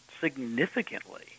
significantly